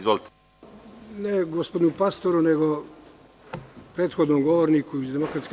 Ne gospodinu Pastoru, nego prethodnom govorniku iz DS.